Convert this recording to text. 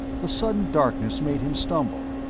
the sudden darkness made him stumble,